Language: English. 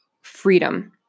freedom